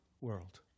world